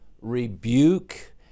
rebuke